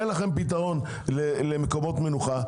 אין לכם פתרון למקומות מנוחה.